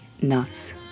nuts